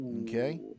Okay